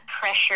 pressure